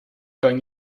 kan